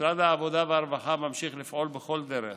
משרד העבודה והרווחה ממשיך לפעול בכל דרך